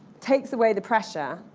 takes away the pressure,